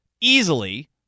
easily